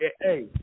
Hey